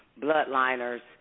bloodliners